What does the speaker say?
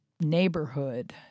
neighborhood